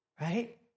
Right